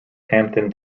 hampton